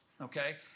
okay